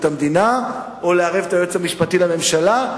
המדינה או לערב את היועץ המשפטי לממשלה,